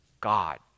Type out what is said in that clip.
God